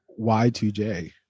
Y2J